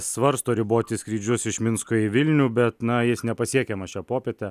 svarsto riboti skrydžius iš minsko į vilnių bet na jis nepasiekiamas šią popietę